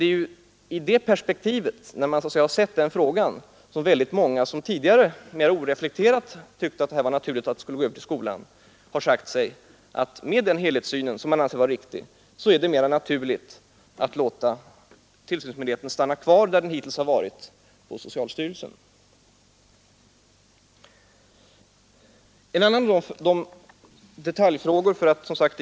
Ur det perspektivet har många, som tidigare mera oreflekterat tyckt att det var naturligt att skolöverstyrelsen skulle bli tillsynsmyndighet, sagt sig att det är riktigare att låta tillsynen vara kvar hos socialstyrelsen. Man har alltså anlagt en helhetssyn som får anses vara riktig.